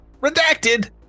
redacted